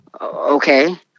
Okay